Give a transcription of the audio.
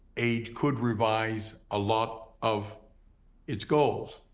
aid could revise a lot of its goals,